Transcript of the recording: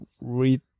read